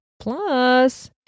Plus